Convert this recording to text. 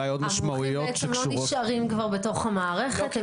המומחים בעצם לא נשארים כבר בתוך המערכת.